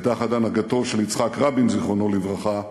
ותחת הנהגתו של יצחק רבין, זיכרונו לברכה,